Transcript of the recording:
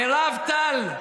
מירב טל,